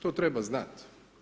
To treba znat.